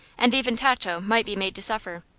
and even tato might be made to suffer.